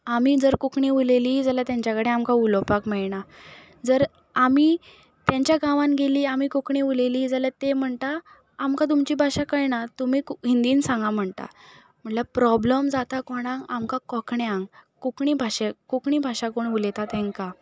आमी जर कोंकणी उलयली जाल्या तेंच्या कडेन आमकां उलोवपाक मेळना जर आमी तेंच्या गांवान गेलीं आमी कोंकणी उलयली जाल्यार तें म्हणटा आमकां तुमची भाशा कळना तुमी हिंदीन सांगा म्हणटा म्हणल्यार प्रोब्लेम जाता कोणाक आमकां कोंकण्यांक कोंकणी भाशेक कोंकणी भाशा कोण उलयता तेंकां